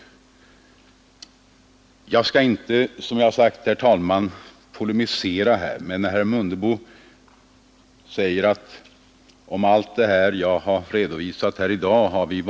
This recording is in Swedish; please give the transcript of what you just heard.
Jag skall som sagt, herr talman, inte polemisera. Herr Mundebo påstår att vi har varit rörande överens om allt det som jag har redovisat här i dag. All right!